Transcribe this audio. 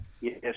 yes